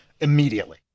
immediately